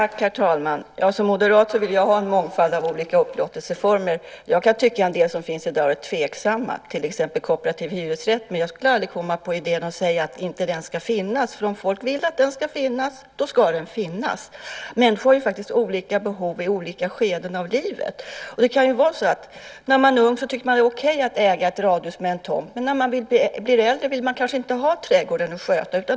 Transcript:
Herr talman! Som moderat vill jag ha en mångfald av olika upplåtelseformer. Jag kan tycka att en del som finns i dag är tveksamma, till exempel kooperativ hyresrätt, men jag skulle aldrig komma på idén att säga att den inte ska finnas. Om folk vill att den ska finnas ska den finnas. Människor har ju faktiskt olika behov i olika skeden av livet. Det kan ju vara så att man tycker det är okej att äga ett radhus med tomt när man är ung, men när man blir äldre vill man kanske inte ha trädgården att sköta.